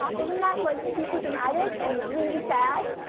isn't that like super dramatic and really sad?